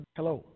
Hello